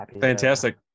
fantastic